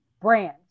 brand